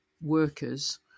workers